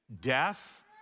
death